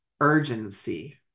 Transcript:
urgency